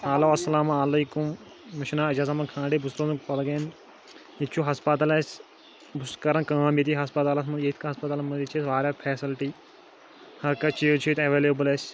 hello اَلسلامُ علیکُم مےٚ چھُ ناو اعجاز احمد کھانٛڈے بہٕ چھُس روزان کۄلگامہِ ییٚتہِ چھُ ہَسپتَال اسہِ بہٕ چھُس کَران کٲم ییٚتی ہَسپَتالَس منٛز ییٚتہِ کانٛہہ ہَسپَتالَن منٛز ییٚتہِ چھِ اسہِ واریاہ فیسَلٹی ہَر کانٛہہ چیٖز چھُ ییٚتہِ ایٚولیبٕل اسہِ